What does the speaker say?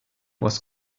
was